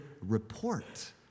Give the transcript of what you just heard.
report